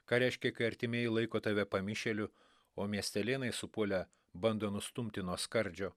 ką reiškia kai artimieji laiko tave pamišėliu o miestelėnai supuolę bando nustumti nuo skardžio